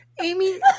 amy